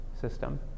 system